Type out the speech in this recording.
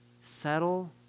settle